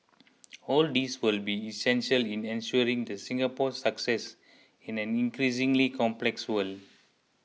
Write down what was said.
all these will be essential in ensuring the Singapore's success in an increasingly complex world